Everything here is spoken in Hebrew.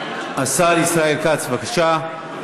השר ישראל כץ, בבקשה.